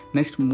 Next